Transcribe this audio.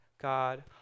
God